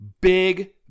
Big